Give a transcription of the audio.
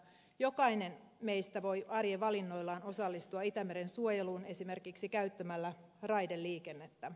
jokainen meistä voi arjen valinnoillaan osallistua itämeren suojeluun esimerkiksi käyttämällä raideliikennettä